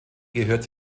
gehört